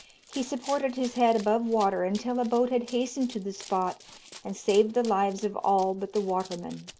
he supported his head above water until a boat had hastened to the spot and saved the lives of all but the waterman.